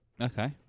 Okay